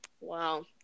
Wow